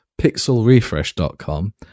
pixelrefresh.com